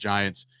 Giants